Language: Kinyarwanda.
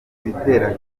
ibitera